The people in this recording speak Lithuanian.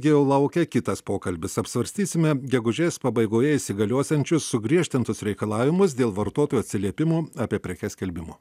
jau laukia kitas pokalbis apsvarstysime gegužės pabaigoje įsigaliosiančius sugriežtintus reikalavimus dėl vartotojų atsiliepimų apie prekes skelbimo